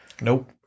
Nope